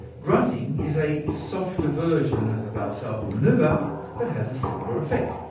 grunting is a softer version of the valsalva manoeuvre, ah but has a similar effect.